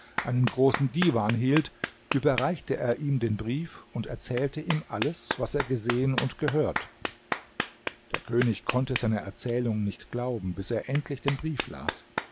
einen großen divan hielt überreichte er ihm den brief und erzählte ihm alles was er gesehen und gehört der könig konnte seiner erzählung nicht glauben bis er endlich den brief las